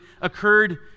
occurred